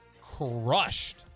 crushed